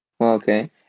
Okay